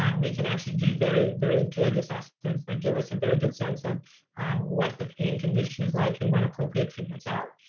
um we can actually do very, very good assessments. they but give us a very good sense of what the pain condition is like and what appropriate treatments are.